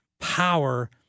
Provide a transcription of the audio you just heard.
power